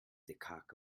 cock